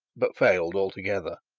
but failed altogether.